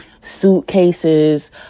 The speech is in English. suitcases